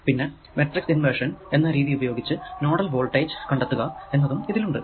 പിന്നെ matrix inversion എന്ന രീതി ഉപയോഗിച്ച് നോഡൽ വോൾടേജ് കണ്ടെത്തുക എന്നതും ഇതിൽ ഉണ്ട്